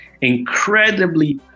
incredibly